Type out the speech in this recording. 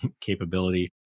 capability